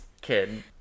kid